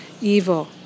evil